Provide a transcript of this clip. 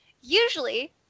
Usually